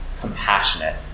compassionate